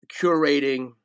curating